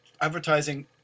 advertising